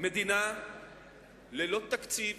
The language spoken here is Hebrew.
מדינה ללא תקציב